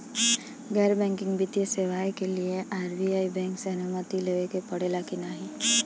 गैर बैंकिंग वित्तीय सेवाएं के लिए आर.बी.आई बैंक से अनुमती लेवे के पड़े ला की नाहीं?